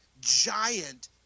giant